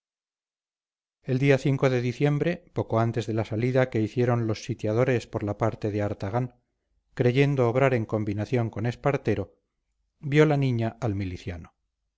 el día de diciembre poco antes de la salida que hicieron los sitiadores por la parte de artagán creyendo obrar en combinación con espartero vio la niña al miliciano